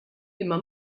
imma